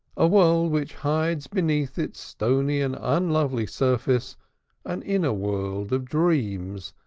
a world which hides beneath its stony and unlovely surface an inner world of dreams,